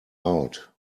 out